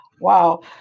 wow